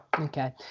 Okay